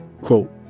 quote